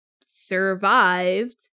survived